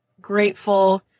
grateful